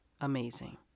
amazing